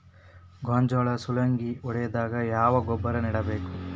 ಗೋಂಜಾಳ ಸುಲಂಗೇ ಹೊಡೆದಾಗ ಯಾವ ಗೊಬ್ಬರ ನೇಡಬೇಕು?